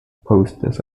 posters